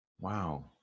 Wow